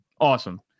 awesome